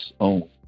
own